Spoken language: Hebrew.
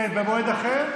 במועד אחר?